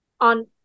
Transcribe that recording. on